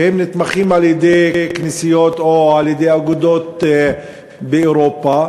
שנתמכים על-ידי כנסיות או על-ידי אגודות באירופה,